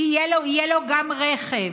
יהיה לו גם רכב,